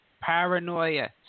paranoia